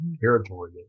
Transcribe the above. territory